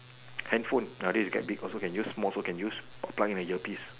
handphone ah this get big also can use small also can use plug in the earpiece